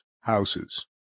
houses